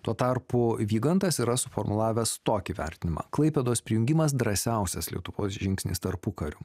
tuo tarpu vygantas yra suformulavęs tokį vertinimą klaipėdos prijungimas drąsiausias lietuvos žingsnis tarpukariu